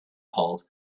polls